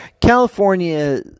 California